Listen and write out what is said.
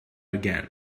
again